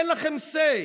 אין לכם say.